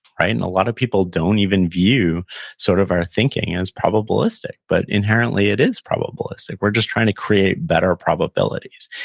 and a lot of people don't even view sort of our thinking as probabilistic, but, inherently, it is probabilistic. we're just trying to create better probabilities,